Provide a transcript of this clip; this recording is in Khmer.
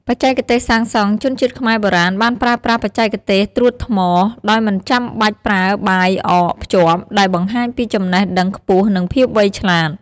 បច្ចេកទេសសាងសង់ ជនជាតិខ្មែរបុរាណបានប្រើប្រាស់បច្ចេកទេសត្រួតថ្ម ដោយមិនចាំបាច់ប្រើបាយអភ្ជាប់ ដែលបង្ហាញពីចំណេះដឹងខ្ពស់និងភាពវៃឆ្លាត។